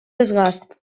desgast